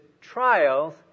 trials